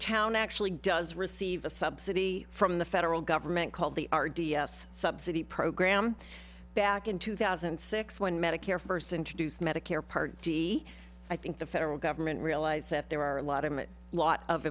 town actually does receive a subsidy from the federal government called the r d s subsidy program back in two thousand and six when medicare first introduced medicare part d i think the federal government realized that there were a lot of a lot of